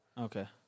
Okay